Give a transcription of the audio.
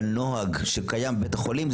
הנוהג שקיים בבית החולים,